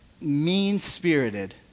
mean-spirited